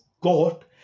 God